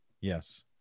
Yes